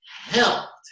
helped